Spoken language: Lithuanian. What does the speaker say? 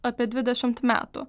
apie dvidešimt metų